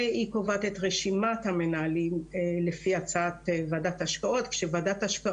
והיא קובעת את רשימת המנהלים לפי הצעת ועדת ההשקעות,